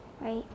Right